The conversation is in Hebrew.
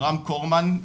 אברהם קורמן,